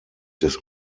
des